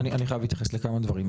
אני חייב להתייחס לכמה דברים.